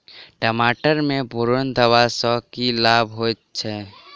टमाटर मे बोरन देबा सँ की लाभ होइ छैय?